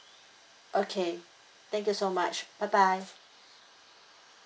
okay thank you so much bye bye